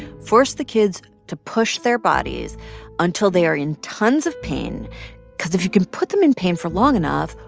force the kids to push their bodies until they are in tons of pain because if you can put them in pain for long enough,